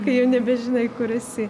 kai jau nebežinai kur esi